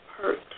hurt